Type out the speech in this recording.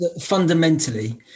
fundamentally